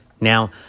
Now